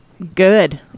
Good